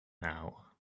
now